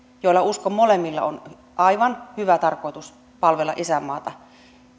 joilla uskon molemmilla olevan aivan hyvä tarkoitus palvella isänmaata